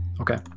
Okay